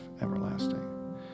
everlasting